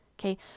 okay